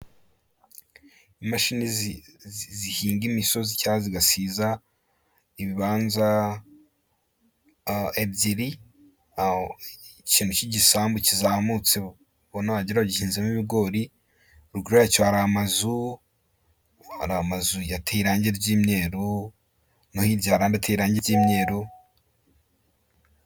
Imashini zihinga imisozi cyangwa zigasiza ibibanza ebyiri, aho ikintu cy'igisambu kizamutse ubona wagira gihinzemo ibigori ruguru yacyo hari amazu, hari amazu yateye irangi ry'imyeru no hirya hari andi ateye irangi ry'imyeru.